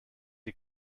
die